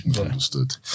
Understood